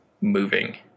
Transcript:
moving